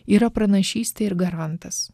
yra pranašystė ir garantas